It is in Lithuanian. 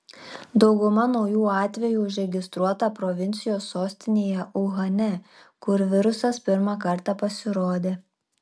dauguma naujų atvejų užregistruota provincijos sostinėje uhane kur virusas pirmą kartą pasirodė